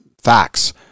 facts